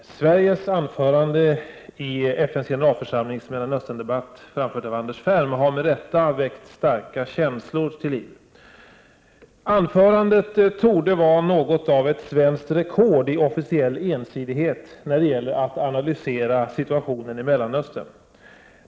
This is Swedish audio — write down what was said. Herr talman! Sveriges anförande i FN:s generalförsamlings Mellanösterndebatt, framfört av Anders Ferm, har med rätta väckt starka känslor till liv. Anförandet torde vara ett svenskt rekord i officiell ensidighet när det gäller att analysera situationen i Mellanöstern.